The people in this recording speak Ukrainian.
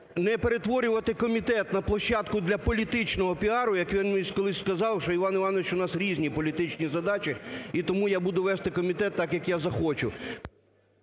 не перетворювати комітет на площадку для політичного піару, як він мені колись сказав, що, Іван Іванович, у нас різні політичні задачі, і тому я буду вести комітет так, як я захочу.